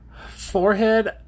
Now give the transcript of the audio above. forehead